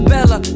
Bella